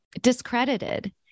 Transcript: discredited